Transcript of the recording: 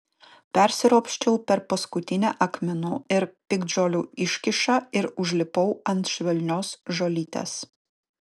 persiropščiau per paskutinę akmenų ir piktžolių iškyšą ir užlipau ant švelnios žolytės